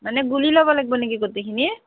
মানে গুলি ল'বা লাগিব নেকি গোটেইখিনি